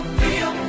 feel